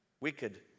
wicked